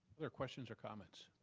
other questions or comments?